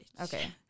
Okay